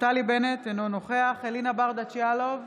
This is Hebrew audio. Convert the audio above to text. נפתלי בנט, אינו נוכח אלינה ברדץ' יאלוב,